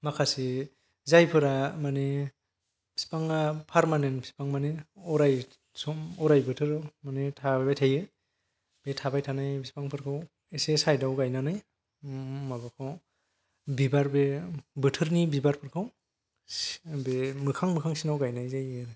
माखासे जायफोरा माने फिफाङा पारमानेन्ट बिफां माने अराय सम अराय बोथोराव माने थाबाय थायो बे थाबाय थानाय बिफांफोरखौ एसे साइडाव गायनानै माबाखौ बिबार बेयो बोथोरनि बिबारखौ बे मोखां मोखांसिनाव गायनाय जायो आरो